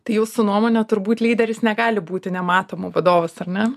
tai jūsų nuomone turbūt lyderis negali būti nematomu vadovas ar ne